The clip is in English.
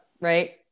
right